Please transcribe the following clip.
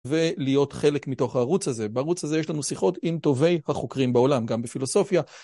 ולהיות חלק מתוך הערוץ הזה. בערוץ הזה יש לנו שיחות עם טובי החוקרים בעולם, גם בפילוסופיה.